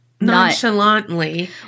nonchalantly